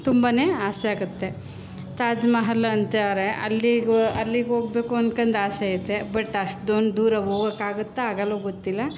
ತುಂಬನೇ ಆಸೆ ಆಗುತ್ತೆ ತಾಜ್ಮಹಲ್ ಅಂತಾರೆ ಅಲ್ಲಿಗೂ ಅಲ್ಲಿಗೆ ಹೋಗ್ಬೇಕು ಅಂದ್ಕೊಂಡು ಆಸೆ ಐತೆ ಬಟ್ ಅಷ್ಟೊಂದು ದೂರ ಹೋಗೋಕ್ಕಾಗುತ್ತ ಆಗಲ್ವೋ ಗೊತ್ತಿಲ್ಲ